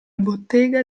bottega